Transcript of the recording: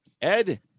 Ed